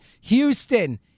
Houston